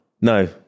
no